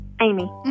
Amy